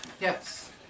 Yes